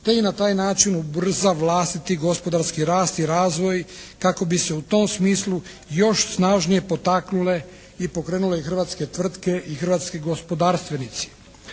te i na taj način ubrza vlastiti gospodarski rast i razvoj kako bi se u tom smislu još snažnije potaknule i pokrenule hrvatske tvrtke i hrvatski gospodarstvenici.